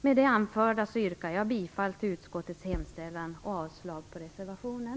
Med det anförda yrkar jag bifall till utskottets hemställan och avslag på reservationen.